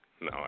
No